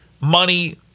money